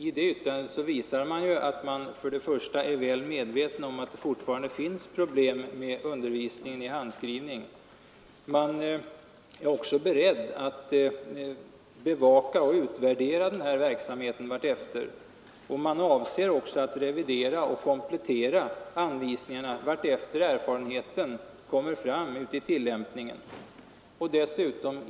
I det yttrandet visar styrelsen att man är väl medveten om att det fortfarande finns problem när det gäller undervisningen i handskrivning. Man är också beredd att successivt bevaka och utvärdera den här verksamheten. Styrelsen avser vidare att revidera och komplettera anvisningarna allteftersom man vinner erfarenheter av tillämpningen.